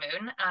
moon